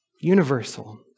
universal